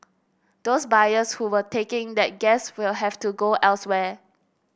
those buyers who were taking that gas will have to go elsewhere